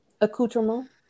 Accoutrement